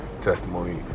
testimony